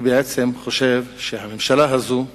אני בעצם חושב שהממשלה הזאת,